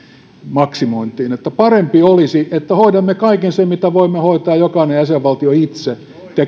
maksimointiin parempi olisi että hoidamme kaiken sen mitä voimme hoitaa jokainen jäsenvaltio itse tekee täällä